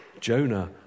Jonah